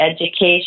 education